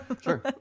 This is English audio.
Sure